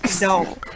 No